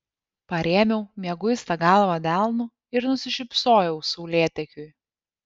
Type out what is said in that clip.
parėmiau mieguistą galvą delnu ir nusišypsojau saulėtekiui